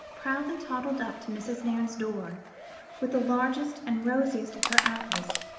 proudly toddled up to mrs. nairne's door with the largest and rosiest of her apples,